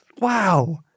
wow